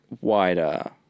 wider